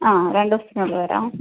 രണ്ട് ദിവസത്തിനുള്ളിൽ വരാം